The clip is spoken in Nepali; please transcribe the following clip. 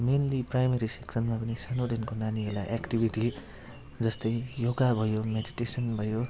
मेन्ली प्राइमेरी सेक्सनमा पनि सानोदेखिको नानीहरूलाई एक्टिभिटी जस्तै योगा भयो मेडिटेसन भयो